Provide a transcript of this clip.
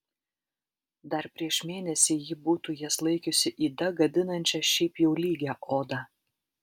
dar prieš mėnesį ji būtų jas laikiusi yda gadinančia šiaip jau lygią odą